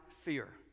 fear